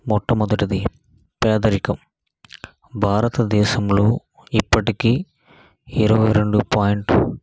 మొట్టమొదటిది పేదరికం భారతదేశంలో ఇప్పటికి ఇరవై రెండు పాయింట్లు